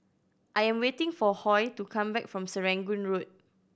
I am waiting for Hoy to come back from Serangoon Road